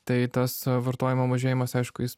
tai tas vartojimo mažėjimas aišku jis